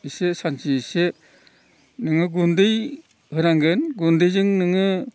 एसे सानसे एसे नोङो गुन्दै होनांगोन गुन्दैजों नोङो